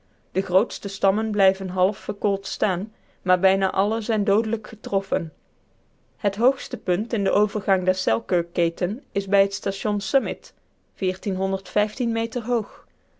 de grootste stammen blijven half verkoold staan maar bijna alle zijn doodelijk getroffen het hoogste punt in den overgang der selkirkketen is bij t station summit meter hoog